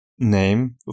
name